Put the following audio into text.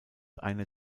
einer